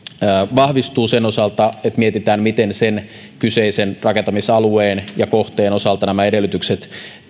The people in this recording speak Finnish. vahvistuu sen osalta että mietitään miten sen kyseisen rakentamisalueen ja kohteen osalta nämä edellytykset